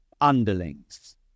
underlings